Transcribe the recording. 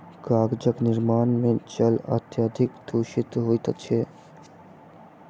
कागजक निर्माण मे जल अत्यधिक दुषित होइत छै